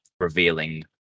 revealing